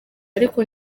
ariko